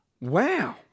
Wow